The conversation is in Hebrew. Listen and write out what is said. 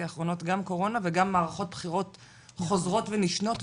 האחרונות גם קורונה וגם מערכות בחירות חוזרות ונשנות,